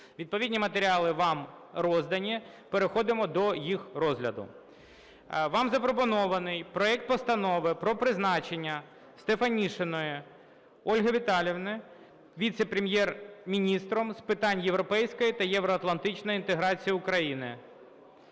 Відповідні матеріали вам роздані. Переходимо до їх розгляду. Вам запропонований проект Постанови про призначення Стефанішиної Ольги Віталіївни Віце-прем'єр-міністром з питань європейської та євроатлантичної інтеграції України.